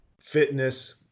fitness